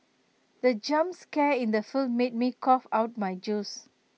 the jump scare in the film made me cough out my juice